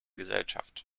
gesellschaft